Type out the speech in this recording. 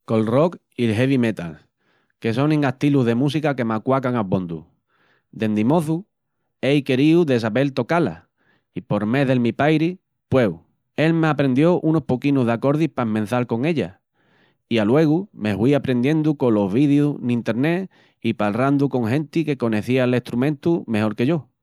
Col rock i'l heavy metal, que sonin astilus de música que m'aquacan abondu. Dendi moçu ei queríu de sabel tocá-la i por mé del mi Pairi pueu, el m'aprendió unus poquinus d'acordis pa esmençal con ella, i aluegu me hui aprendiendu colos vídius n'interné i palrandu con genti que conecía l'estrumentu mejol que yo.